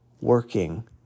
working